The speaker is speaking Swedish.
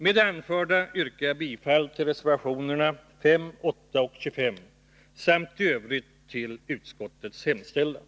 Med det anförda yrkar jag bifall till reservationerna 5, 8 och 25 samt i övrigt bifall till utskottets hemställan.